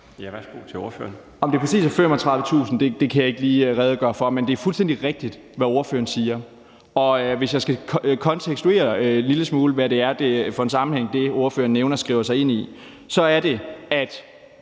Mikkel Bjørn (DF): Om det præcis er 35.000, kan jeg ikke lige redegøre for, men det er fuldstændig rigtigt, hvad ordføreren siger. Og hvis jeg skal kontekstuere en lille smule, hvad det er for en sammenhæng, som det, ordføreren nævner, skriver sig ind i, så er det, at